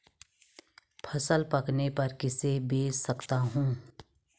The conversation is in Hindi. फसल पकने पर किसे बेच सकता हूँ?